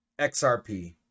XRP